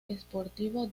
sportivo